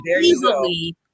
easily